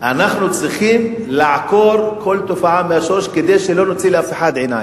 אנחנו צריכים לעקור כל תופעה מהשורש כדי שלא נוציא לאף אחד עיניים.